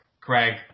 Craig